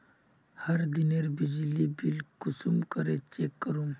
हर दिनेर बिजली बिल कुंसम करे चेक करूम?